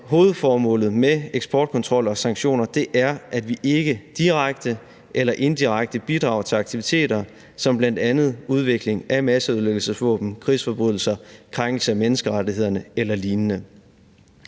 hovedformålet med eksportkontrol og sanktioner er, at vi ikke direkte eller indirekte bidrager til aktiviteter som bl.a. udvikling af masseødelæggelsesvåben, krigsforbrydelser, krænkelse af menneskerettighederne eller lignende.